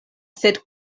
sed